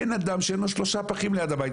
אין אדם שאין לו שלושה פחים ליד הבית.